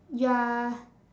you are